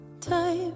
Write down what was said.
time